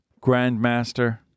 grandmaster